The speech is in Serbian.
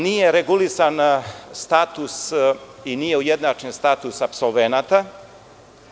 Nije regulisan status i nije ujednačen status apsolvenata.